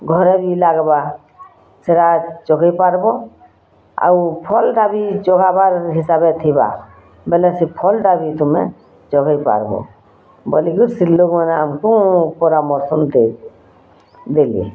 ଘରେ ବି ଲାଗ୍ବାଁ ସେଟା ଚଢ଼ି ପାର୍ବୋଁ ଆଉ ଫଲ୍ଟା ବି ଚଢ଼ାବାଁ ହିସାବରେ ଥିବାଁ ବୋଲେ ସେ ଫଲ୍ଟା ବି ତୁମେ ଚଢ଼େଇ ପାର୍ବୋ ବୋଲି କି ଆମକୁ ପରାମର୍ଶ ଦେଇ ଦେଲେ